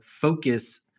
focus